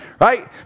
right